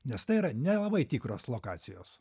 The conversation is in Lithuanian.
nes tai yra nelabai tikros lokacijos